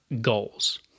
goals